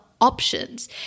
options